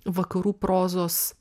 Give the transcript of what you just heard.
vakarų prozos